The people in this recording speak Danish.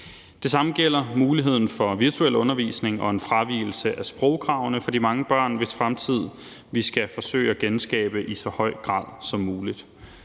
Det samme gælder muligheden for virtuel undervisning og en fravigelse af sprogkravene for de mange børn, hvis fremtid vi skal forsøge at genskabe i så høj grad som muligt.